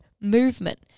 movement